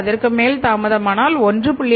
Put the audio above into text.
அதற்கு மேல் தாமதமானால் 1